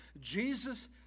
Jesus